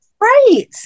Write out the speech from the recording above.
Right